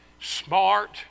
smart